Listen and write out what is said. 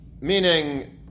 meaning